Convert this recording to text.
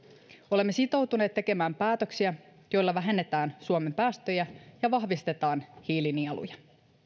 olemme sitoutuneet tekemään päätöksiä joilla vähennetään suomen päästöjä ja vahvistetaan hiilinieluja